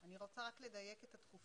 אני רוצה רק לדייק את התקופה.